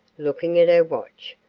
looking at her watch.